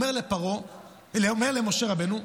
אומר למשה רבנו: